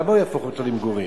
למה הוא יהפוך אותו למגורים?